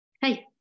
Hey